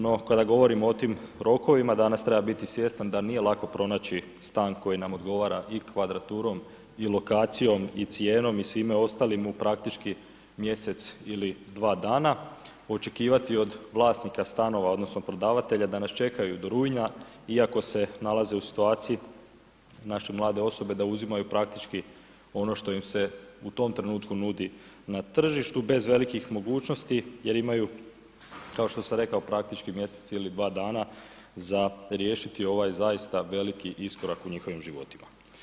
No kada govorimo o tim rokovima danas treba biti svjestan da nije lako pronaći stan koji nam odgovara i kvadraturom i lokacijom i cijenom i svime ostalim u praktički mjesec ili dva dana, očekivati od vlasnika stanova odnosno prodavatelja da nas čekaju do rujna iako se nalaze u situaciji naše mlade osobe da uzimaju praktički ono što im se u tom trenutku nudi na tržištu bez velikih mogućnosti jer imaju kao što sam rekao, praktički mjesec ili dva dana za riješiti ovaj zaista veliki iskorak u njihovim životima.